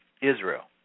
Israel